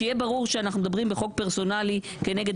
שיהיה ברור שאנחנו מדברים בחוק פרסונלי כנגד